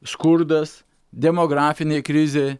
skurdas demografinė krizė